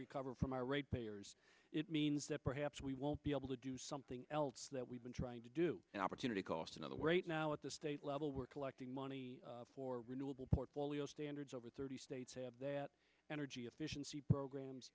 recover from our rate payers it means that perhaps we won't be able to do something else that we've been trying to do an opportunity cost another right now at the state level we're collecting money for renewable portfolio standard for over thirty states at energy efficiency programs